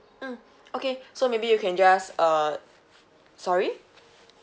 mm okay so maybe you can just uh sorry